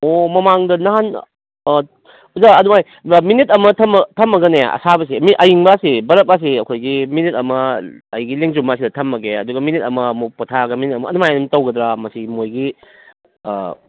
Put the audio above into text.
ꯑꯣ ꯃꯃꯥꯡꯗ ꯅꯍꯥꯟ ꯑꯣꯖꯥ ꯑꯗꯨ ꯑꯩ ꯃꯤꯅꯤꯠ ꯑꯃ ꯊꯝꯃꯒꯅꯦ ꯑꯁꯥꯕꯁꯤ ꯃꯤ ꯑꯌꯤꯡꯕ ꯑꯁꯤ ꯕꯔꯞ ꯑꯁꯤ ꯑꯩꯈꯣꯏꯒꯤ ꯃꯤꯅꯤꯠ ꯑꯃ ꯑꯩꯒꯤ ꯂꯦꯡꯖꯨꯝ ꯑꯁꯤꯗ ꯊꯝꯃꯒꯦ ꯑꯗꯨꯒ ꯃꯤꯅꯤꯠ ꯑꯃꯃꯨꯛ ꯄꯣꯊꯥꯔꯒ ꯃꯤꯅꯤꯠ ꯑꯃ ꯑꯗꯨꯃꯥꯏꯅ ꯇꯧꯒꯗ꯭ꯔꯥ ꯃꯁꯤ ꯃꯣꯏꯒꯤ ꯑꯥ